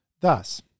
Thus